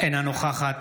ההצבעה היא הצבעה